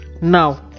now